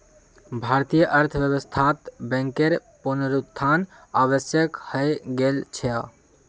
भारतीय अर्थव्यवस्थात बैंकेर पुनरुत्थान आवश्यक हइ गेल छ